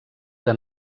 han